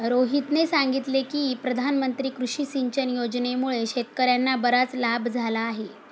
रोहितने सांगितले की प्रधानमंत्री कृषी सिंचन योजनेमुळे शेतकर्यांना बराच लाभ झाला आहे